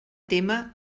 témer